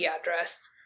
address